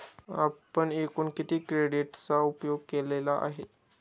आपण एकूण किती क्रेडिटचा उपयोग केलेला आहे?